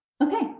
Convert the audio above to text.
okay